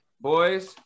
boys